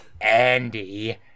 Andy